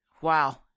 wow